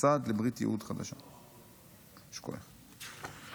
מסד לברית ייעוד חדשה, יפה.